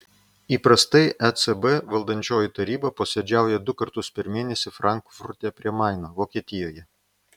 įprastai ecb valdančioji taryba posėdžiauja du kartus per mėnesį frankfurte prie maino vokietijoje